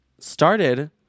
started